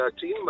team